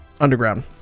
underground